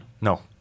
No